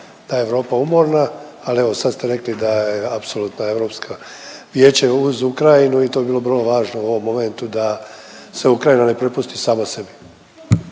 da je Europa umorna. Ali evo sad ste rekli da je apsolutno Europsko vijeće uz Ukrajinu i to bi bilo vrlo važno u ovom momentu da se Ukrajina ne prepusti sama sebi.